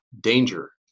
danger